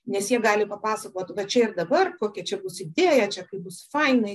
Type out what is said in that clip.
nes jie gali papasakot va čia ir dabar kokia čia bus idėja čia kaip bus faina